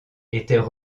étaient